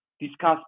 discuss